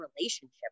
relationship